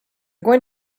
going